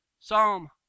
Psalm